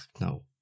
no